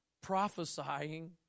prophesying